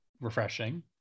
Refreshing